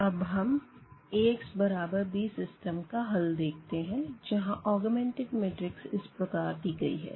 अब हम Ax बराबर b सिस्टम का हल देखते है जहाँ ऑगमेंटेड मैट्रिक्स इस प्रकार दी गई है